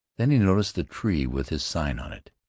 then he noticed the tree with his sign on it,